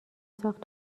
ساخت